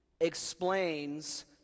explains